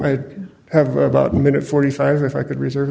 i have about a minute forty five if i could reserve